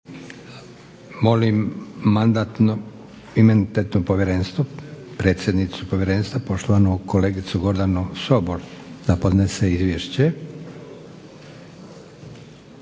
Molim Mandatno-imunitetno povjerenstvo, predsjednicu Povjerenstva poštovanu kolegicu Gordanu Sobol da podnese izvješće.